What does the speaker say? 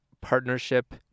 partnership